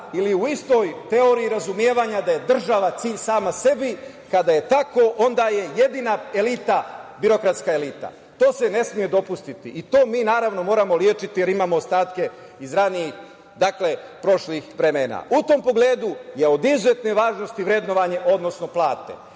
ili u istoj teoriji razumevanja da je država cilj sama sebi. Kada je tako onda je jedina elita birokratska elita. To se ne sme dopustiti i to mi naravno moramo lečiti, jer imamo ostatke iz ranijih prošlih vremena.U tom pogledu je od izuzetne važnosti vrednovanje, odnosno plate.